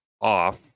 off